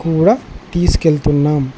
కూడా తీసుకెళుతున్నాము